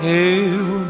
Hail